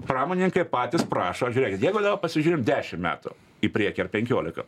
pramoninkai patys prašo žiūrėkit jie daba pasižiūrim dešim metų į priekį ar penkiolika